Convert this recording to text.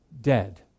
Dead